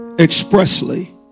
expressly